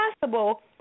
possible